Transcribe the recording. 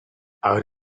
out